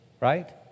right